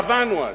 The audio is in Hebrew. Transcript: קבענו אז,